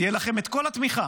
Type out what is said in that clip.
תהיה לכם את כל התמיכה,